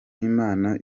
imana